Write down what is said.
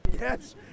Yes